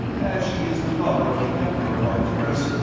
as she is the daughter of the emperor of arcturus,